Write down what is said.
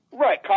Right